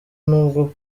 nubwo